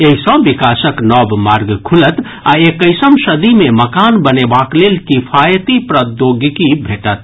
एहि सँ विकासक नव मार्ग खुलत आ एक्कैसम सदी मे मकान बनेबाक लेल किफायती प्रौद्योगिकी भेटत